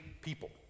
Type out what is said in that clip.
people